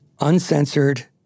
Uncensored